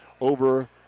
over